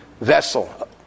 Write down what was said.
vessel